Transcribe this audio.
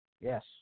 Yes